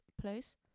place